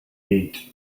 neat